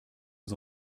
aux